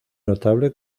notable